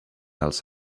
else